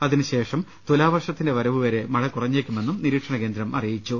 അതിനുശേഷം തുലാവർഷത്തിന്റെ വരവുവരെ മഴ കുറഞ്ഞേക്കുമെന്നും നിരീക്ഷണകേന്ദ്രം അറി യിച്ചു